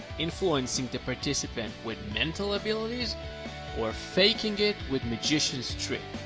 influencing the participant with mental abilities or faking it with magicians tricks?